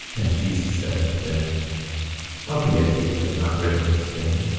and jesus said unto them how be it that ye have not written this thing,